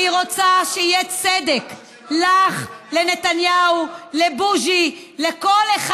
אני רוצה שיהיה צדק לך, לנתניהו, לבוז'י, לכל אחד.